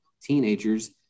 teenagers